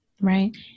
right